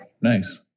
Nice